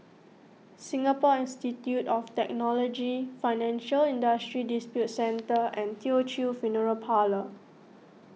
Singapore Institute of Technology Financial Industry Disputes Center and Teochew Funeral Parlour